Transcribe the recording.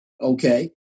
Okay